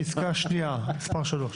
פסקה (3)